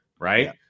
right